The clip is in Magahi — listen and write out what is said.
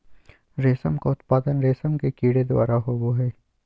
रेशम का उत्पादन रेशम के कीड़े द्वारा होबो हइ